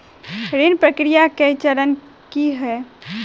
ऋण प्रक्रिया केँ चरण की है?